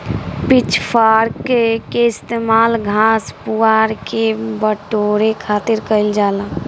pitch fork के इस्तेमाल घास, पुआरा के बटोरे खातिर कईल जाला